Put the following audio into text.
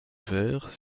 verre